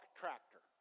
tractor